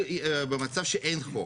במצב שאין חוק,